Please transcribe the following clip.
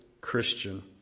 Christian